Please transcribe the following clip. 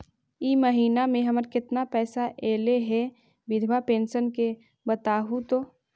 इ महिना मे हमर केतना पैसा ऐले हे बिधबा पेंसन के बताहु तो?